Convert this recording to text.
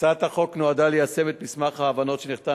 הצעת החוק נועדה ליישם את מסמך ההבנות שנחתם